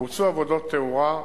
בוצעו עבודות תאורה,